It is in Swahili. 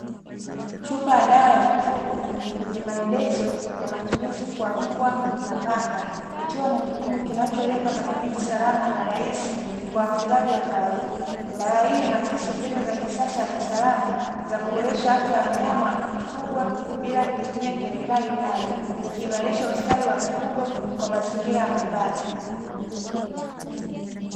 Chupa ya dawa ya mifugo, yenye maelezo ya matuzi kwa mbwa na paka, ikiwa na kipimo kinacholenga matumizi salama na rahisi kwa wafugaji wa kawaida. Dawa hii inaakisi mbinu za kisasa na salama za kuboresha afya ya wanyama wa kufungwa bila kutumia kemikali kali, ikiimarisha ustawi wa mifugo kwa mazingira ya nyumbani.